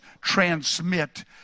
transmit